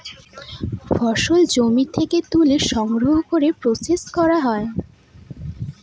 ফসল জমি থেকে তুলে সংগ্রহ করে প্রসেস করা হয়